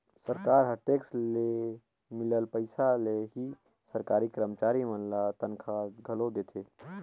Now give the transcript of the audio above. सरकार ह टेक्स ले मिलल पइसा ले ही सरकारी करमचारी मन ल तनखा घलो देथे